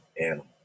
animal